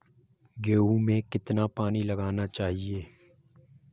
गेहूँ में कितना पानी लगाना चाहिए?